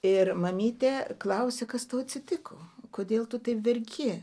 ir mamytė klausia kas tau atsitiko kodėl tu taip verki